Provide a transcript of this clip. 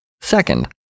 Second